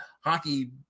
hockey